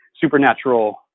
supernatural